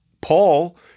Paul